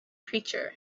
creature